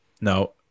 no